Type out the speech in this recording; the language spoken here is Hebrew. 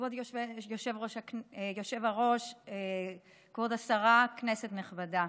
כבוד היושב-ראש, כבוד השרה, כנסת נכבדה,